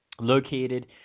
located